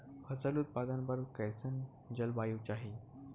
फसल उत्पादन बर कैसन जलवायु चाही?